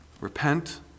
Repent